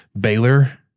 Baylor